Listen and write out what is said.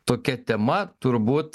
tokia tema turbūt